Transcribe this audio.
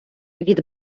від